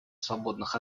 свободных